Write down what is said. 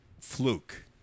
fluke